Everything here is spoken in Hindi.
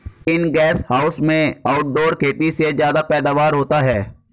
ग्रीन गैस हाउस में आउटडोर खेती से ज्यादा पैदावार होता है